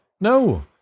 No